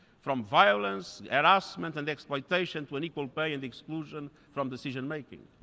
from violence, harassment and exploitation to unequal pay and exclusion from decision-making.